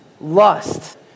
lust